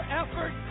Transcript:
effort